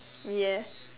yes